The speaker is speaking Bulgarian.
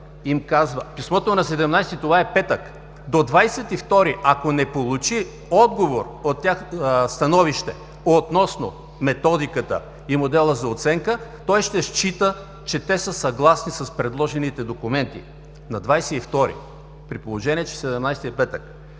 им казва: писмото е от 17-и, това е петък, ако до 22-ри не получи от тях отговор, становище относно Методиката и модела на оценка, той ще счита, че те са съгласни с предложените документи. На 22-ри, при положение че 17-и е петък!